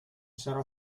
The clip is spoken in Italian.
sarà